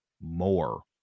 more